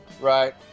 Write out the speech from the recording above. Right